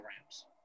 Rams